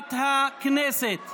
מזכירת הכנסת.